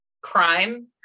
Crime